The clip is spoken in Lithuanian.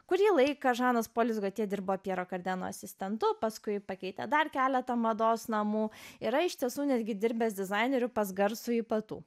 kurį laiką žanas polis gotje dirba pjero kardeno asistentu paskui pakeitė dar keletą mados namų yra iš tiesų netgi dirbęs dizainerių pas garsųjį patu